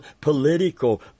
political